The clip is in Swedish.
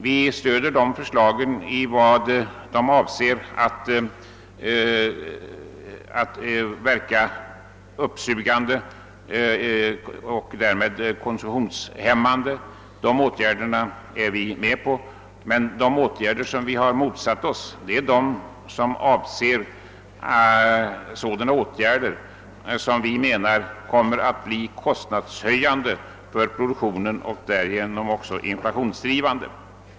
Vi stöder åtgärderna i vad de avser att verka uppsugande av köpkraft och därmed konsumtionshämmande. De åtgärder som vi har motsatt oss är sådana som vi menar kommer att bli kostnadshöjande för produktionen och därigenom också inflationsdrivande.